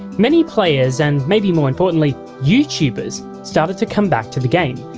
many players, and maybe more importantly, youtubers started to come back to the game,